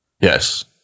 Yes